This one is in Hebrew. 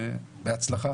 בהצלחה.